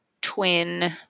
Twin